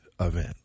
event